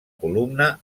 columna